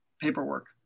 paperwork